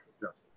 justice